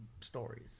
stories